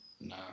No